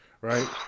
right